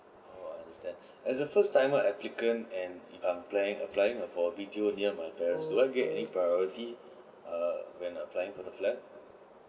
oh I understand as a first timer applicant and if I'm planning applying for a B_T_O near my parent's do I get any priority err when applying for the flat